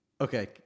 Okay